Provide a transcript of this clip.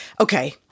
Okay